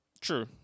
True